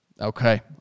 okay